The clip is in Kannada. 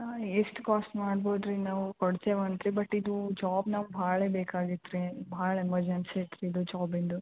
ಎಷ್ಟು ಕಾಸ್ಟ್ ಮಾಡ್ಬೋದು ರೀ ನಾವು ಕೊಡ್ತೇವೆ ಅಂತ ರೀ ಬಟ್ ಇದು ಜಾಬ್ ನಾವು ಭಾಳ ಬೇಕಾಗಿತ್ತು ರೀ ಭಾಳ ಎಮರ್ಜೆನ್ಸಿ ಇತ್ತು ರೀ ಇದು ಜಾಬಿಂದು